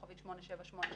*8787,